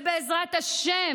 ובעזרת השם,